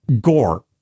Gore